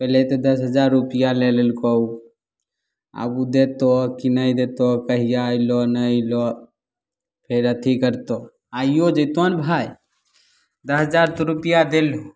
पहिले तऽ दश हजार रूपिआ लै लेलको ओ आब ओ देतो कि नहि देतो कहिआ एलहुँ नहि एलहुँ फेर अथी करतौ आइयो जेतो ने भाइ दश हजार तऽ रूपैआ देल